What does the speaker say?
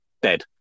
dead